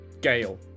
gale